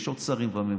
יש עוד שרים בממשלה.